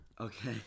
Okay